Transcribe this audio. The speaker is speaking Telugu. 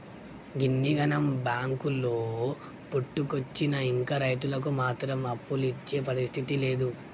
గిన్నిగనం బాంకులు పుట్టుకొచ్చినా ఇంకా రైతులకు మాత్రం అప్పులిచ్చే పరిస్థితి లేదు